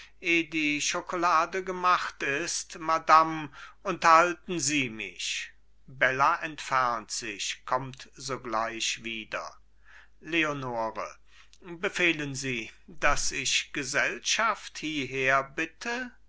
die schokolade gemacht ist madam unterhalten sie mich bella entfernt sich kommt sogleich wieder leonore befehlen sie daß ich gesellschaft